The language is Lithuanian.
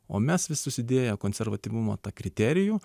o mes vis užsidėję konservatyvumo tą kriterijų